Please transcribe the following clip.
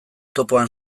topoan